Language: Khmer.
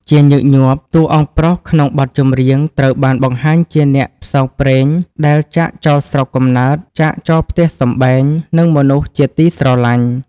ជាញឹកញាប់ តួអង្គប្រុសក្នុងបទចម្រៀងត្រូវបានបង្ហាញជាអ្នកផ្សងព្រេងដែលចាកចោលស្រុកកំណើត ចាកចោលផ្ទះសម្បែង និងមនុស្សជាទីស្រឡាញ់។